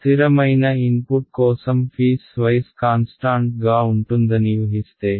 స్థిరమైన ఇన్పుట్ కోసం piecewise constant గా ఉంటుందని ఉహిస్తే